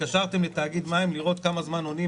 התקשרתם לתאגיד מים לראות כמה זמן עונים,